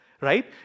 right